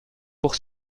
pour